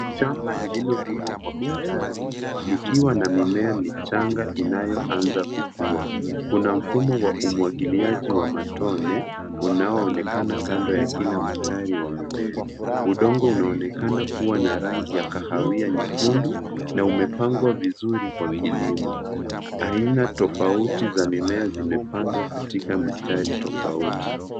Shamba lililolimwa kwa mistari, likiwa na mimea michanga inayoanza kukuwa. Kuna mfumo wa umwagiliaji wa matone, unaoonekana kando ya kila mstari wa mimea. Udongo unaonekana kuwa na rangi ya kahawia nyekundu, na umepangwa vizuri kwa kilimo. Aina tofauti za mimea zimepandwa katika mistari tofauti.